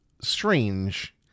strange